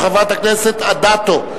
של חברת הכנסת רחל אדטו.